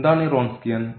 എന്താണ് ഈ വ്രോൺസ്കിയൻ